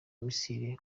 misile